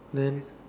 then